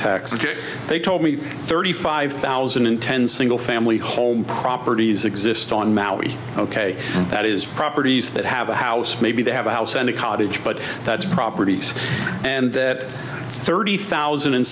taxes they told me thirty five thousand and ten single family home properties exist on maui ok that is properties that have a house maybe they have a house and a cottage but that's property and that thirty thousand and